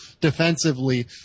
defensively